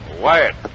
Wyatt